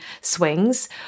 swings